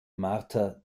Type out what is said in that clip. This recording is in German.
martha